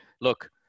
look